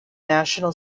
national